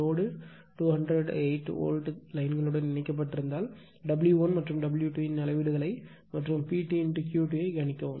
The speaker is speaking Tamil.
லோடு 208 வோல்ட் லைன்களுடன் இணைக்கப்பட்டிருந்தால் W1 மற்றும் W2 இன் அளவீடுகளை மற்றும் PT QTஐக் கணிக்கவும்